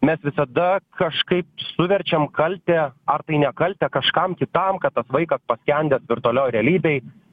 mes visada kažkaip suverčiam kaltę ar tai ne kaltę kažkam kitam kad tas vaikas paskendęs virtualioj realybėj